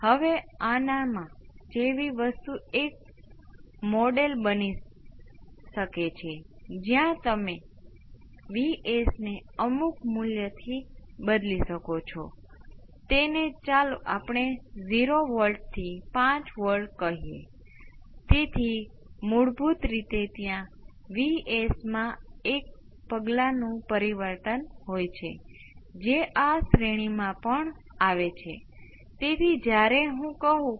તેથી જ્યારે 1 SCR એ 0 હોય ત્યારે આ ઉકેલ સ્પષ્ટપણે માન્ય નથી તેથી તમે મને કહો કે શું થઈ શકે છે પરંતુ શું તમને કોઈ રસપ્રદ ઉકેલ મળે છે તમે શું કરી શકો તે તમે એક સીમા લો છો કારણ કે 1 SCR જે 0 તરફ જાય છે જે અનુકૂળ રીત ધરાવે છે તે કરવાનું એ કહે છે કે તમે અન્ય કેટલાક ચલ ડેલ્ટા બરાબર 1 SCR પર વ્યાખ્યાયિત કરશો